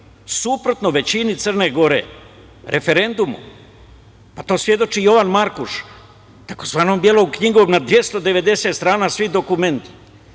Suprotno većini Crne Gore referendumom, pa to svedoči Jovan Markuš tzv. belom knjigom na 290. strana svi dokumenti,